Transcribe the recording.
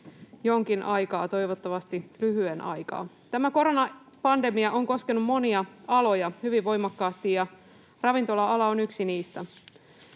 jonkin aikaa — toivottavasti lyhyen aikaa. Tämä koronapandemia on koskenut monia aloja hyvin voimakkaasti, ja ravintola-ala on yksi niistä.